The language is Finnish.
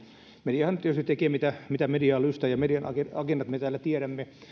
mediahan nyt tietysti tekee mitä media lystää ja median agendat me täällä tiedämme